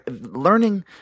Learning